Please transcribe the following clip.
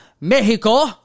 Mexico